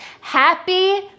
Happy